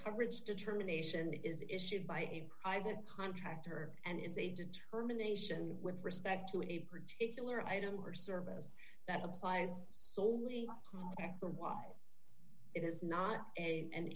coverage determination it is issued by a private contractor and is a determination with respect to a particular item or service that applies soley or why it is not a an